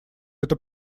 это